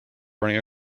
running